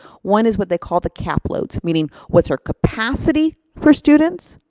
one is what they call the cap loads, meaning, what's our capacity for students?